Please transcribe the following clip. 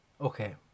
Okay